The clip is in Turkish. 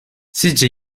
sizce